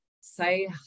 say